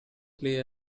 play